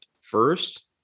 first